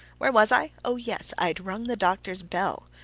where was i? oh, yes i had rung the doctor's bell.